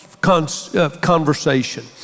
conversation